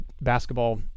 basketball